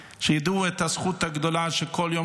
שיידעו את הזכות הגדולה על כך שבכל יום